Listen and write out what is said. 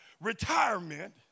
retirement